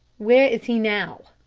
where is he now?